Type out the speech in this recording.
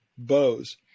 bows